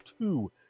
two